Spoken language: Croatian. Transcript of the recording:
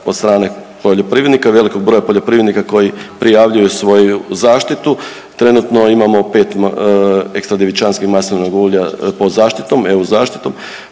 od strane poljoprivrednika, velikog broja poljoprivrednika koji prijavljuju svoju zaštitu. Trenutno imamo 5 ekstra djevičanskih maslinovih ulja pod zaštitom, EU zaštitom.